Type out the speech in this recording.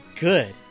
good